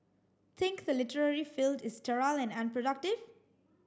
think the literary field is sterile and productive